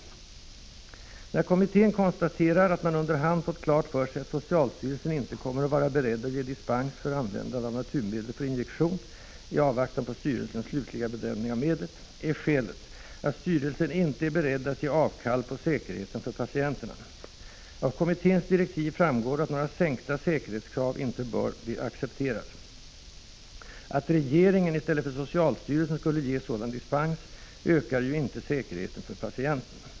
När kommittén konstaterar att man under hand fått klart för sig att socialstyrelsen inte kommer att vara beredd att ge dispens för användande av naturmedel för injektion i avvaktan på styrelsens slutliga bedömning av medlet, är skälet att styrelsen inte är beredd att ge avkall på säkerheten för patienterna. Av kommitténs direktiv framgår att några sänkta säkerhetskrav inte bör accepteras. Att regeringen i stället för socialstyrelsen skulle ge sådan dispens ökar ju inte säkerheten för patienten.